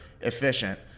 efficient